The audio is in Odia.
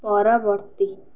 ପରବର୍ତ୍ତୀ